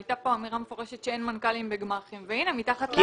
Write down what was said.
הייתה כאן אמירה מפורשת שאין מנכ"לים בגמ"חים והנה מתחת לאף,